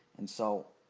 and so